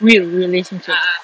real relationship